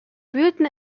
wühlten